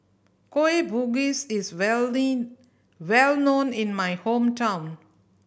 Kueh Bugis is well known in my hometown